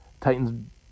titans